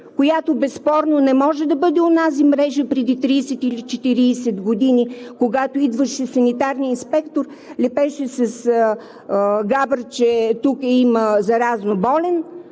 която безспорно не може да бъде онази мрежа преди 30 или 40 години, когато идваше санитарният инспектор, лепеше с габърче „болен!“